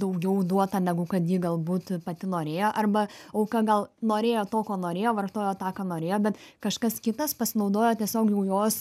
daugiau duota negu kad ji galbūt pati norėjo arba auka gal norėjo to ko norėjo vartojo tą ką norėjo bet kažkas kitas pasinaudojo tiesiog jau jos